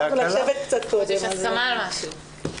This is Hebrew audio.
יש הסכמה על משהו...